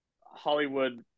hollywood